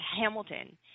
Hamilton